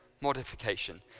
modification